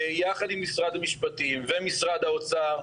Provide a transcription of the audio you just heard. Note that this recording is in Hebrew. יחד עם משרד המשפטים ומשרד האוצר,